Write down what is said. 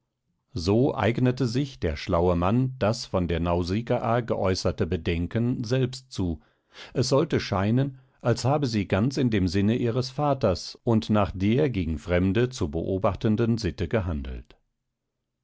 so eignete sich der schlaue mann das von der nausikaa geäußerte bedenken selbst zu es sollte scheinen als habe sie ganz in dem sinne ihres vaters und nach der gegen fremde zu beobachtenden sitte gehandelt